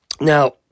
Now